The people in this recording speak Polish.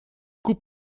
kup